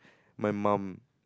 my mum